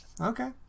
okay